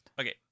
Okay